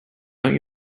don’t